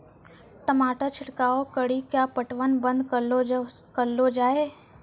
टमाटर छिड़काव कड़ी क्या पटवन बंद करऽ लो जाए?